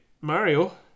Mario